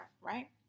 right